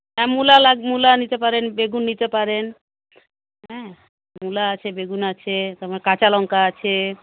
হ্যাঁ মুলা মুলা নিতে পারেন বেগুন নিতে পারেন হ্যাঁ মুলা আছে বেগুন আছে তোমার কাঁচা লঙ্কা আছে